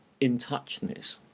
in-touchness